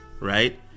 right